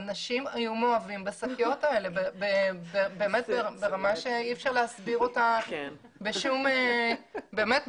אנשים היו מאוהבים בשקיות האלה ברמה שאי אפשר להסביר אותה בשום צורה.